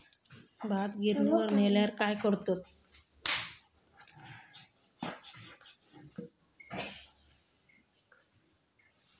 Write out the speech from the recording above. भात गिर्निवर नेल्यार काय करतत?